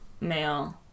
male